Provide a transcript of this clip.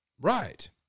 Right